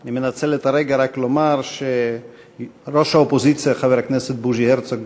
אני מנצל את הרגע רק לומר שראש האופוזיציה חבר הכנסת בוז'י הרצוג